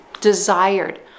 desired